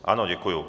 Ano, děkuju.